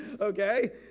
Okay